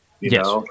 Yes